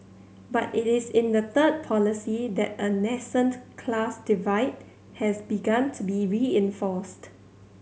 but it is in the third policy that a nascent class divide has begun to be reinforced